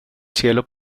cielo